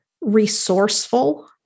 resourceful